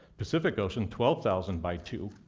pacific ocean twelve thousand by two.